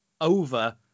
over